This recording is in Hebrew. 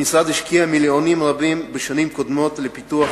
המשרד השקיע מיליונים רבים בשנים קודמות לפיתוח